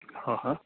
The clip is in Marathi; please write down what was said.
हो हां